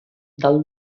del